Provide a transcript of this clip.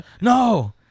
No